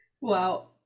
Wow